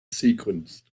sequenced